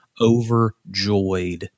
overjoyed